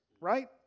right